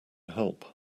help